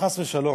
חס ושלום.